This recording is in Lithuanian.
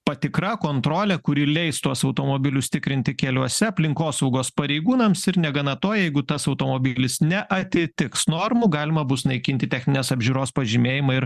patikra kontrolė kuri leis tuos automobilius tikrinti keliuose aplinkosaugos pareigūnams ir negana to jeigu tas automobilis neatitiks normų galima bus naikinti techninės apžiūros pažymėjimą ir